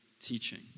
teaching